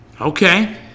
Okay